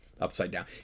upside-down